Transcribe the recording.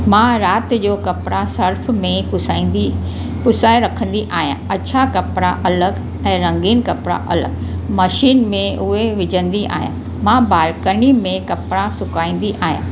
मां राति जो कपिड़ा सर्फ में पुसाईंदी पुसाए रखंदी आहियां अछा कपिड़ा अलॻि ऐं रंगीन कपिड़ा अलॻि मशीन में उहे विझंदी आहियां मां बालकनी में कपिड़ा सुखाईंदी आहियां